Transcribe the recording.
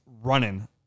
running